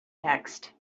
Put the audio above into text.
text